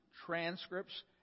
transcripts